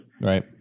Right